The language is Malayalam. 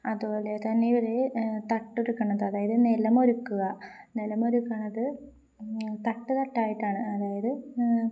അതുപോലെ തന്നെ ഇര് തട്ടൊരുക്കണത് അതായത് നെലമൊരുക്കുക നെലമൊരുക്കണത് തട്ട് തട്ടായിട്ടാണ് അതായത്